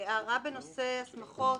הערה בנושא הסמכות,